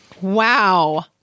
wow